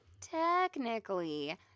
technically